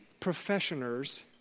professioners